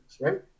Right